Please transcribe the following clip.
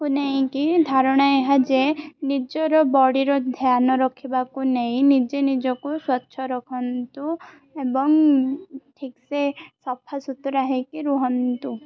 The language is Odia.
କୁ ନେଇକି ଧାରଣା ଏହା ଯେ ନିଜର ବଡ଼ିର ଧ୍ୟାନ ରଖିବାକୁ ନେଇ ନିଜେ ନିଜକୁ ସ୍ୱଚ୍ଛ ରଖନ୍ତୁ ଏବଂ ଠିକସେ ସଫା ସୁୁତୁରା ହେଇକି ରୁହନ୍ତୁ